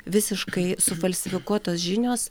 visiškai sufalsifikuotos žinios